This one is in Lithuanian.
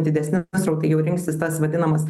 didesni srautai jau rinksis tas vadinamas